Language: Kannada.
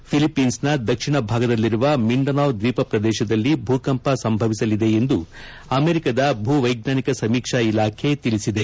ಫಿಲಿಪ್ಪೀನ್ಗ್ನ ದಕ್ಷಿಣ ಭಾಗದಲ್ಲಿರುವ ಮಿಂಡನಾವ್ ದ್ವೀಪ ಪ್ರದೇಶದಲ್ಲಿ ಭೂಕಂಪ ಸಂಭವಿಸಲಿದೆ ಎಂದು ಅಮೆರಿಕದ ಭೂವೈಜ್ಞಾನಿಕ ಸಮೀಕ್ಷಾ ಇಲಾಖೆ ತಿಳಿಸಿದೆ